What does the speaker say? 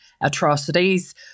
atrocities